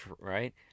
right